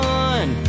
one